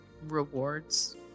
rewards